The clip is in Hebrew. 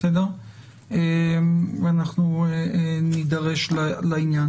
אנחנו נידרש לעניין.